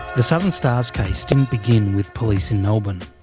the southern stars case didn't begin with police in melbourne.